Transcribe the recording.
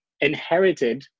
inherited